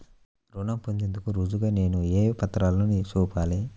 రుణం పొందేందుకు రుజువుగా నేను ఏ పత్రాలను చూపాలి?